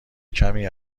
کمی